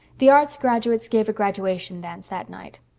the arts graduates gave a graduation dance that night.